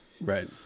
Right